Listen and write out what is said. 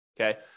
okay